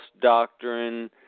doctrine